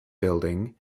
building